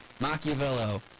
Machiavello